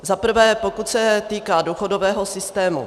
Za prvé pokud se týká důchodového systému.